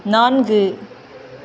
நான்கு